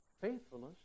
faithfulness